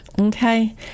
okay